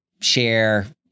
share